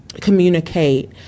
communicate